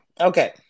Okay